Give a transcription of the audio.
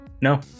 No